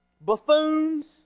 buffoons